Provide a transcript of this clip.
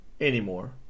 anymore